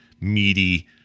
meaty